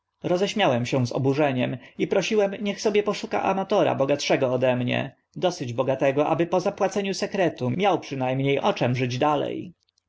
rozśmiałem się z oburzeniem i prosiłem niech sobie poszuka amatora bogatszego ode mnie dosyć bogatego aby po zapłaceniu sekretu miał przyna mnie o czym żyć dale